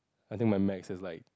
I think my macs is like